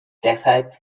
deshalb